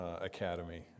Academy